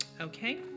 Okay